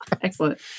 Excellent